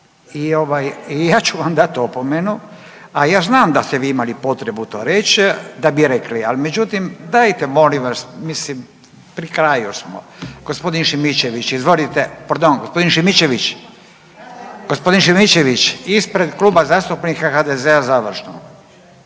i ja ću vam dati opomenu, a ja znam da ste vi imali potrebu to reći, da bi rekli. Ali međutim, dajte molim vas mislim pri kraju smo. Gospodin Šimičević, izvolite. Gospodin Šimičević ispred Kluba zastupnika HDZ-a završno.